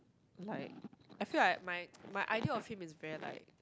like I feel like my my idea of him is very like